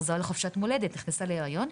חזרה לחופשת מולדת ונכנסה להריון.